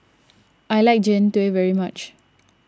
I like Jian Dui very much